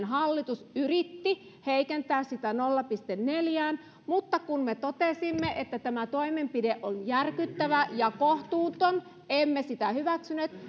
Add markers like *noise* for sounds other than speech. *unintelligible* hallitus yritti heikentää sitä nolla pilkku neljään mutta kun me totesimme että tämä toimenpide on järkyttävä ja kohtuuton emme sitä hyväksyneet *unintelligible*